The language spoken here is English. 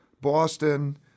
Boston